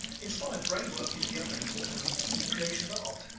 inspired brain work is the other important element in the creation of art,